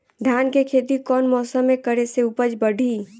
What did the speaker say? धान के खेती कौन मौसम में करे से उपज बढ़ी?